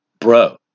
bro